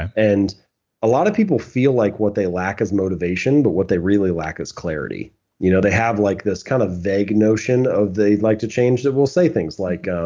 and a lot of people feel like what they lack is motivation, but what they really lack is clarity you know they have like this kind of vague notion of they'd like to change, they will say things like